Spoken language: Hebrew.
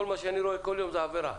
כל מה שאני רואה כל יום זו עבירה.